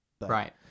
Right